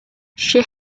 she